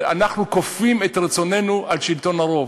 וכופים את רצוננו על שלטון הרוב.